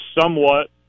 somewhat